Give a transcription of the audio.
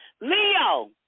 Leo